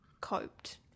coped